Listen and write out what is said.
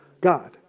God